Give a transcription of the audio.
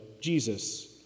Jesus